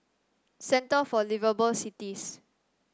Centre for Liveable Cities